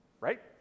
right